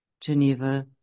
Geneva